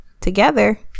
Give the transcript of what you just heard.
together